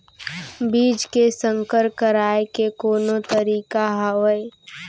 बीज के संकर कराय के कोनो तरीका हावय?